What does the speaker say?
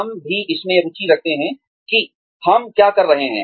हम भी इसमें रुचि रखते हैं कि हम क्या कर रहे हैं